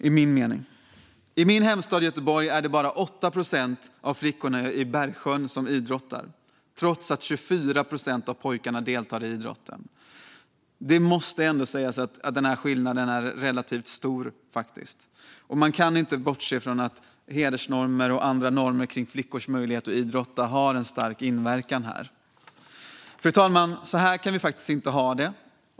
I min hemstad Göteborg är det bara 8 procent av flickorna i Bergsjön som idrottar, trots att 24 procent av pojkarna deltar i idrotten. Det måste ändå sägas att den skillnaden är relativt stor. Man kan inte bortse från att hedersnormer och andra normer kring flickors möjlighet att idrotta har stark inverkan här. Fru talman! Så här kan vi inte ha det.